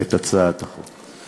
את הצעת החוק.